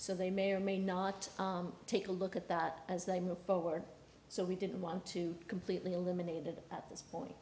so they may or may not take a look at that as they move forward so we didn't want to completely eliminated them at this point